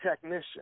technician